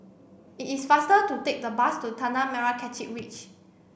it is faster to take the bus to Tanah Merah Kechil Ridge